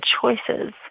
choices